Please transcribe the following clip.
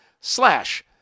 slash